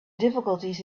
difficulties